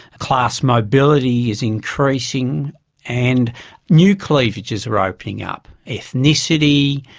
class mobility is increasing, and new cleavages are opening up ethnicity,